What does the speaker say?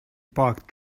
parked